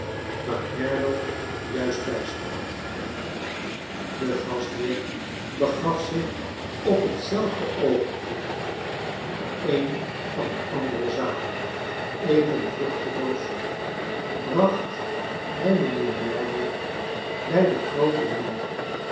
waar merdle juist bij stond de gastheer begaf zich op hetzelfde oogenblik charles dickens kleino dorrit naar een der andere zalen even vruchteloos bracht hij mijnheer merdle bij den grooten man